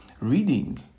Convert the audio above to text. reading